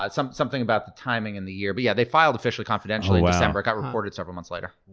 but so something about the timing and the year. but yeah they file officially confidentially in december. it got reported several months later.